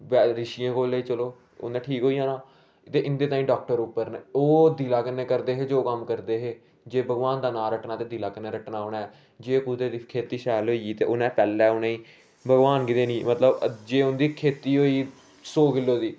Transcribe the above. रिशियें कोल लेई चलो इनें ठीक होई जाना ते इंदे तांई डाॅक्टर उप्पर ना ओह् दिले कन्ने करदे हे जो कम्म करदे है जे भगबान दा नां रटना ते दिले कन्नै रटना उनें अपने जे कुदे खेती शैल होई गेई ते उनें पैहलें उंहे भगबान गी देनी मतलब जे तुंदी खेती होई सौ किलो दी